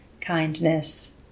kindness